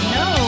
no